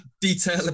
detail